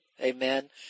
Amen